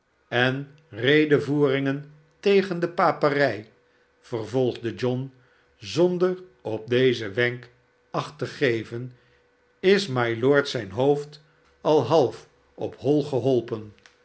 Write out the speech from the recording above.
en redevoeringen tegen de paperij vervolgde john zonder op dezen wenk acht te geven is mylord zijn hoofd al half op hoi geholpen